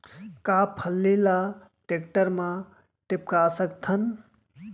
का फल्ली ल टेकटर म टिपका सकथन?